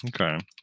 Okay